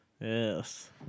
Yes